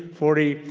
forty,